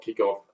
kickoff